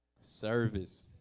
service